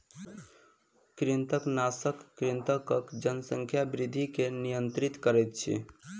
कृंतकनाशक कृंतकक जनसंख्या वृद्धि के नियंत्रित करैत अछि